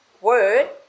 word